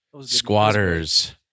squatters